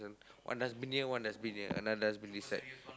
one dustbin here one dustbin here another dustbin this side